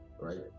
right